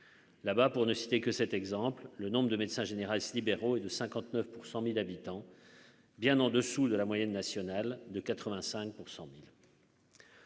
Là-bas, pour ne citer que cet exemple, le nombre de médecins généralistes libéraux et de 59 pour 100000 habitants, bien en dessous de la moyenne nationale de 85 pour 100000.